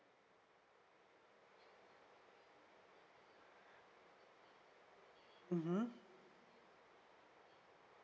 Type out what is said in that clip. mmhmm